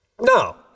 No